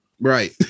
Right